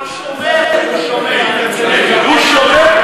הוא שומר.